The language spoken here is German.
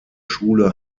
schule